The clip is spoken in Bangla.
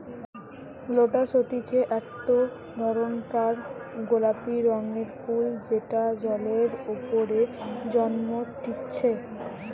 লোটাস হতিছে একটো ধরণকার গোলাপি রঙের ফুল যেটা জলের ওপরে জন্মতিচ্ছে